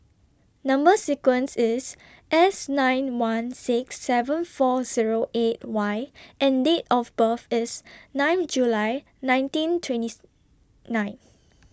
Number sequence IS S nine one six seven four Zero eight Y and Date of birth IS nine July nineteen twentieth nine